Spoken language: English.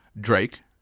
Drake